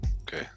Okay